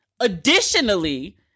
Additionally